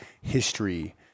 history